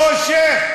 חושך.